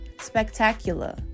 spectacular